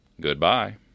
Goodbye